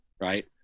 Right